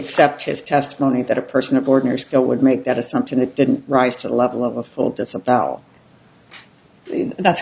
accept his testimony that a person of ordinary skill would make that assumption it didn't rise to the level of a full disavowal that's